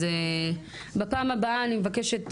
אז בפעם הבאה אני מבקשת,